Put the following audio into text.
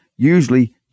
usually